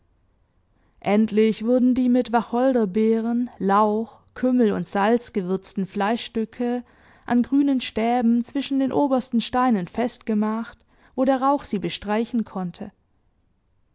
endlich wurden die mit wacholderbeeren lauch kümmel und salz gewürzten fleischstücke an grünen stäben zwischen den obersten steinen festgemacht wo der rauch sie bestreichen konnte